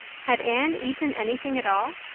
had anne eaten anything at all?